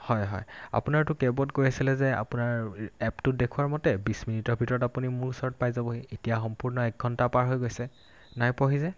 হয় হয় আপোনাৰটো কেবত কৈ আছিলে যে আপোনাৰ এপটোত দেখোৱাৰ মতে বিছ মিনিটৰ ভিতৰত আপুনি মোৰ ওচৰত পাই যাবহি এতিয়া সম্পূৰ্ণ এক ঘণ্টা পাৰ হৈ গৈছে নাই পোৱাহিযে